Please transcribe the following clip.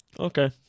Okay